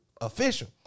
official